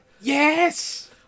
Yes